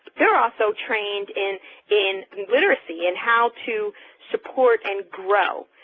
they're also trained in in literacy and how to support and grow,